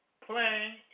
playing